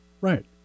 right